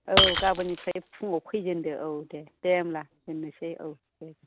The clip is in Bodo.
औ गाबोननिफ्राय फुङाव फैजेनदो औ दे दे होमब्ला दोननोसै औ दे